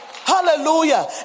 Hallelujah